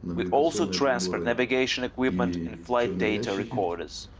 we also transferred navigation equipment flight data recorders.